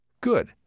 Good